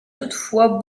toutefois